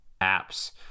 apps